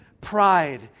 pride